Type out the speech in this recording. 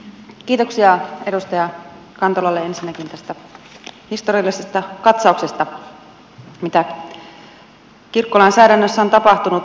kiitoksia edustaja kantolalle ensinnäkin tästä historiallisesta katsauksesta mitä kirkkolainsäädännössä on tapahtunut